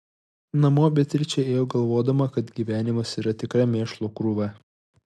namo beatričė ėjo galvodama kad gyvenimas yra tikra mėšlo krūva